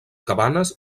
cabanes